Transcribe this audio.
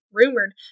rumored